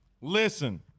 Listen